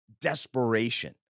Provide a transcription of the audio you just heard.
desperation